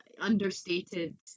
understated